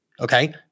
Okay